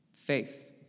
Faith